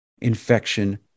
infection